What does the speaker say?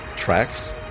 tracks